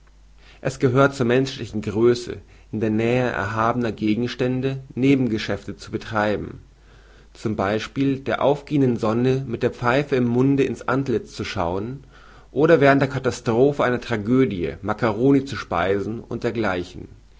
es gehört zur menschlichen größe in der nähe erhabener gegenstände nebengeschäfte zu betreiben z b der aufgehenden sonne mit der pfeife im munde ins antlitz zu schauen oder während der katastrophe einer tragödie makkaroni zu speisen und dergleichen